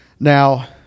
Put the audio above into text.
Now